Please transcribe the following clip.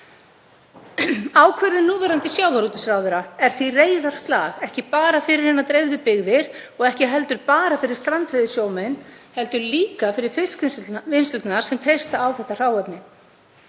Ákvörðun núverandi sjávarútvegsráðherra er því reiðarslag, ekki bara fyrir hinar dreifðu byggðir og ekki heldur bara fyrir strandveiðisjómenn heldur líka fyrir fiskvinnslurnar sem treysta á þetta hráefni.